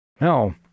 No